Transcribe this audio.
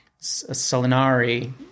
Salinari